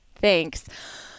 Thanks